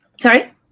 sorry